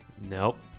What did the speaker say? Nope